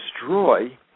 destroy